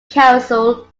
council